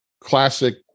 classic